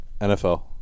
NFL